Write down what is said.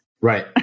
Right